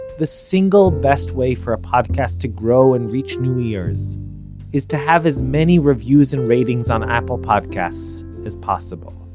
the single best way for a podcast to grow and reach new ears is to have as many reviews and ratings on apple podcasts as possible.